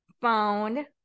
found